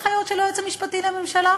ההנחיות של היועץ המשפטי לממשלה?